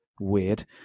weird